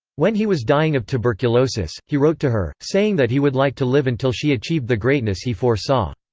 when he was dying of tuberculosis, he wrote to her, saying that he would like to live until she achieved the greatness he foresaw.